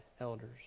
elders